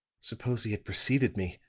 suppose he had preceded me